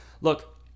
Look